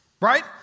Right